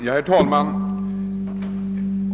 Herr talman!